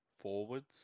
forwards